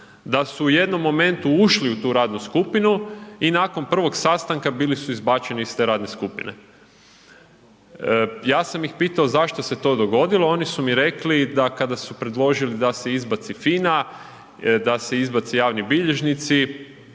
Da su u jednom momentu ušli u tu radnu skupinu i nakon 1. sastanka bili su izbačeni iz te radne skupine. Ja sam ih pitao zašto se to dogodilo, oni su mi rekli, da kada su predložili da se izbaci FINA, da se izbace javni bilježnici,